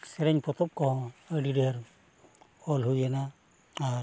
ᱥᱮᱨᱮᱧ ᱯᱚᱛᱚᱵ ᱠᱚᱦᱚᱸ ᱟᱹᱰᱤ ᱰᱷᱮᱨ ᱚᱞ ᱦᱩᱭᱱᱟ ᱟᱨ